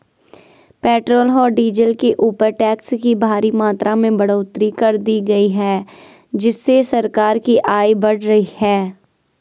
petrol और diesel के ऊपर टैक्स की भारी मात्रा में बढ़ोतरी कर दी गई है जिससे सरकार की आय बढ़ रही है